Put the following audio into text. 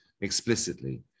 explicitly